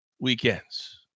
weekends